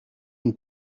une